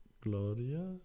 gloria